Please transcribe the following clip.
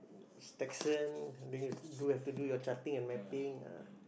mm then you do have to do your charting and mapping ah